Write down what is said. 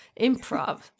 improv